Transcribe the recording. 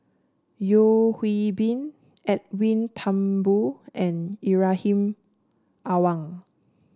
Yeo Hwee Bin Edwin Thumboo and Ibrahim Awang